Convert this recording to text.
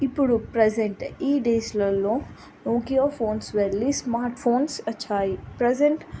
ఇప్పుడు ప్రజెంట్ ఈ డేస్లో నోకయో ఫోన్స్ వెళ్ళి స్మార్ట్ ఫోన్స్ వచ్చాయి ప్రజెంట్